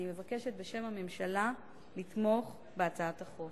אני מבקשת בשם הממשלה לתמוך בהצעת החוק.